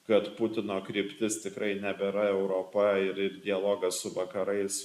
kad putino kryptis tikrai nebėra europa ir ir dialogas su vakarais